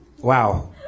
Wow